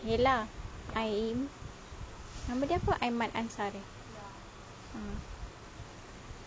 ya lah aim nama dia apa aiman amsar eh ah